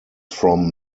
from